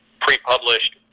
pre-published